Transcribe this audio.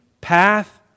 path